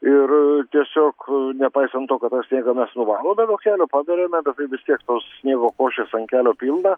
ir tiesiog nepaisant to kad tą sniegą mes nuvalome nuo kelio paberiame bet tai vis tiek tos sniego košės ant kelio pilna